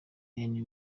any